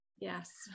Yes